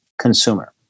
consumer